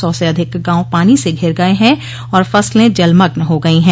सौ से अधिक गांव पानी से धिर गये हैं और फसलें जलमग्न हो गई हैं